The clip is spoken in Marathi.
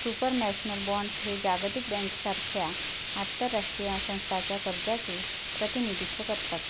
सुपरनॅशनल बॉण्ड्स हे जागतिक बँकेसारख्या आंतरराष्ट्रीय संस्थांच्या कर्जाचे प्रतिनिधित्व करतात